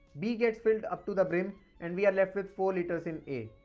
b gets filled upto the brim and we are left with four litres in a,